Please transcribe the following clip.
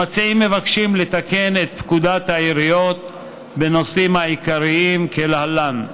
המציעים מבקשים לתקן את פקודת העיריות בנושאים העיקריים כלהלן: